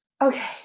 okay